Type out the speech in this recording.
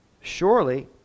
Surely